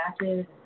matches